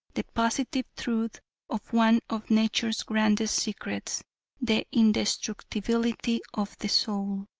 the positive truth of one of nature's grandest secrets the indestructibility of the soul.